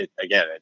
again